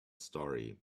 story